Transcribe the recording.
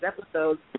episodes